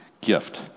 gift